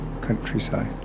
countryside